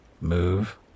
Move